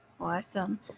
Awesome